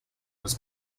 was